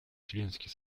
членский